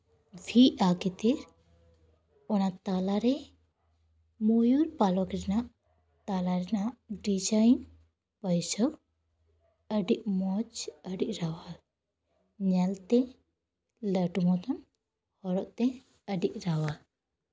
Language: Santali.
ᱯᱷ ᱼᱟ ᱜᱮᱛᱮ ᱚᱱᱟ ᱛᱟᱞᱟᱨᱮ ᱢᱚᱭᱩᱨ ᱯᱟᱞᱚᱠ ᱨᱮᱱᱟᱜ ᱛᱟᱞᱟ ᱨᱮᱱᱟᱜ ᱰᱤᱡᱟᱭᱤᱱ ᱵᱟᱹᱭᱥᱟᱹᱣ ᱟᱹᱰᱤ ᱢᱚᱡᱽ ᱟᱹᱰᱤ ᱨᱟᱣᱟᱞ ᱧᱮᱞᱛᱮ ᱰᱟᱴᱢᱚᱴ ᱮᱢ ᱦᱚᱨᱚᱜ ᱛᱮ ᱟᱹᱰᱤ ᱨᱟᱣᱟᱞ